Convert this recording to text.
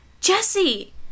Jesse